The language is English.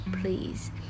please